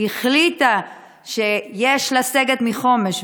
החליטה שיש לסגת מחומש.